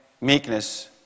meekness